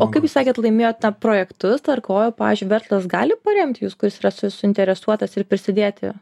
o kaip jūs sakėt laimėjot na projektus ar ko pavyzdžiui verslas gali paremt jus kuris yra su suinteresuotas ir prisidėti